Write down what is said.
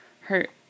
Hurt